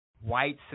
white